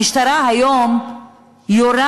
המשטרה היום יורה